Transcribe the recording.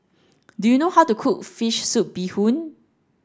do you know how to cook fish soup bee hoon